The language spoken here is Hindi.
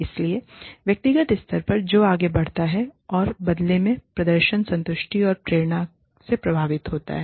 इसलिए व्यक्तिगत स्तर पर जो आगे बढ़ता है और बदले में प्रदर्शन संतुष्टि और प्रेरणा से प्रभावित होता है